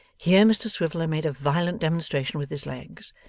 here, mr swiveller made a violent demonstration with his legs.